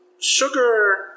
Sugar